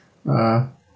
uh